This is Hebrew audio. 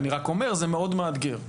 אני רק אומר, זה מאוד מאתגר.